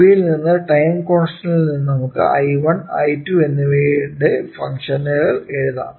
ഇവയിൽ നിന്നും ടൈം കോൺസ്റ്റന്റിൽ നിന്നും നമുക്ക് I1 I2 എന്നിവയുടെ ഫംഗ്ഷനുകൾ എഴുതാം